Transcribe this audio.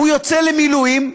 כשהוא יוצא למילואים,